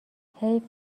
حیف